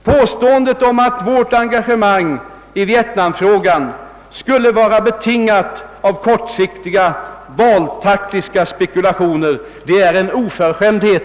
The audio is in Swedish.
Påståendet att vårt engagemang i vietnamfrågan skulle vara betingat av kortsiktiga, valtaktiska spekulationer är milt sagt en oförskämdhet!